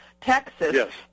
Texas